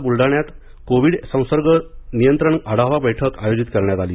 काल बूलडाण्यात कोविड संसर्ग नियंत्रण आढावा बैठक आयोजित करण्यात आली